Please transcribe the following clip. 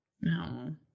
No